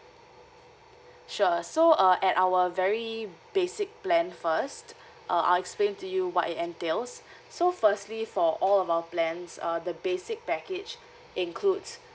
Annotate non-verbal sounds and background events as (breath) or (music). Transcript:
sure so uh at our very basic plan first uh I'll explain to you what it entails (breath) so firstly for all of our plans uh the basic package includes